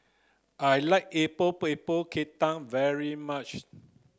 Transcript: I like Epok Epok Kentang very much